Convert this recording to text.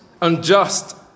unjust